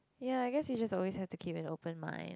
ya I guess you just always have to keep an open mind